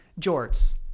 Jorts